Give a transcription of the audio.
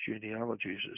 genealogies